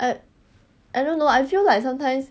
I I don't know I feel like sometimes